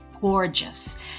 gorgeous